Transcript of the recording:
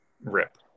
rip